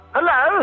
Hello